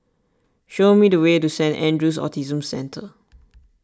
show me the way to Saint andrew's Autism Centre